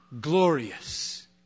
glorious